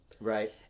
Right